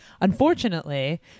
unfortunately